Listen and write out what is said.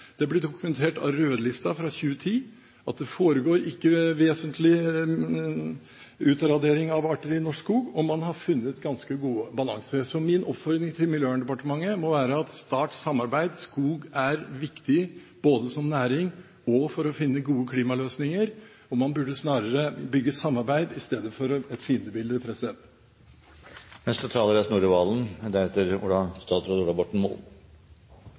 Det blir dokumentert av rødlista fra 2010 at det ikke foregår vesentlige utraderinger av arter i norsk skog, og man har funnet ganske god balanse. Så min oppfordring til Miljøverndepartementet må være: Start samarbeid! Skog er viktig både som næring og for å finne gode klimaløsninger. Man burde snarere bygge samarbeid i stedet for å lage et fiendebilde. Da er